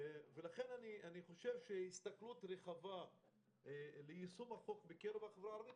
לכן אני חושב שהסתכלות רחבה ליישום החוק בקרב החברה הערבית